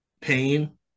pain